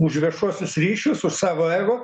už viešuosius ryšius su savo ego